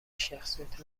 شخصیت